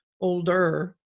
older